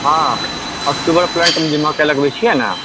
हँ अक्टुबरमे फ्रन्टमे मकइ लगबै छियै ने